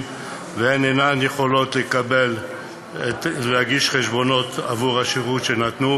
והן אינן יכולות להגיש חשבונות עבור השירות שנתנו